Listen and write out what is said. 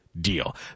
deal